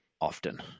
often